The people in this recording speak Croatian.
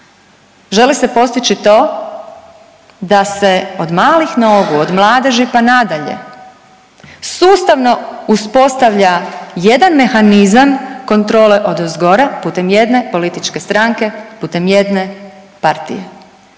želi se postići to da se od malih nogu od mladeži pa na dalje sustavno uspostavlja jedan mehanizam kontrole odozgora putem jedne političke stranke, putem jedne partije